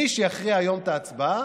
מי שיכריע היום את ההצבעה